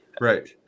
Right